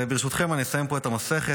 ברשותכם, אני אסיים פה את המסכת: